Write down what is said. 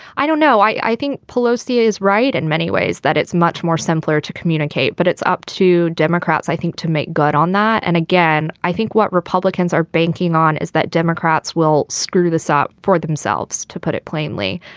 i don't know i think pelosi ah is right in many ways that it's much more simpler to communicate but it's up to democrats i think to make good on that. and again i think what republicans are banking on is that democrats will screw this up for themselves to put it plainly.